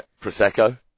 Prosecco